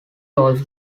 also